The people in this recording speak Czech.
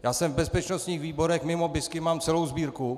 Já jsem v bezpečnostních výborech, mimo bisky mám celou sbírku.